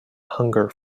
hunger